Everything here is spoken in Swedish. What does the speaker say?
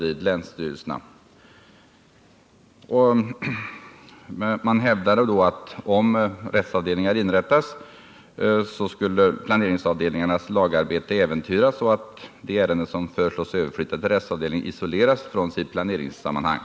I motionerna hävdas att om rättsavdelningar inrättas, skulle planeringsavdelningarnas lagarbete äventyras, eftersom de ärenden som föreslås bli överflyttade till rättsavdelningarna skulle komma att isoleras från sitt planeringssammanhang.